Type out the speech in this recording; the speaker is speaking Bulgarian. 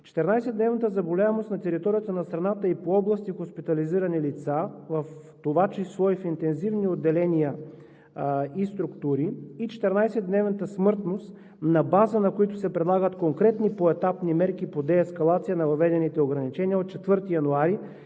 14-дневната заболеваемост на територията на страната – по области, и на хоспитализираните лица, в това число в интензивни отделения и структури, и 14-дневната смъртност, на базата на които се предлагат конкретни поетапни мерки за деескалация на въведените ограничения, от 4 януари